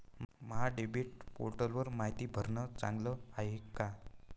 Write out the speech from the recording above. महा DBT पोर्टलवर मायती भरनं चांगलं हाये का?